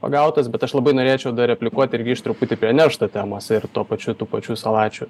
pagautas bet aš labai norėčiau dar replikuot ir grįšt truputį prie neršto temos ir tuo pačiu tų pačių salačių